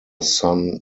son